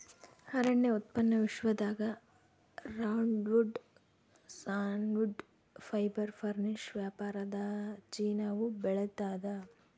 ಅರಣ್ಯ ಉತ್ಪನ್ನ ವಿಶ್ವದಾಗ ರೌಂಡ್ವುಡ್ ಸಾನ್ವುಡ್ ಫೈಬರ್ ಫರ್ನಿಶ್ ವ್ಯಾಪಾರದಾಗಚೀನಾವು ಬೆಳಿತಾದ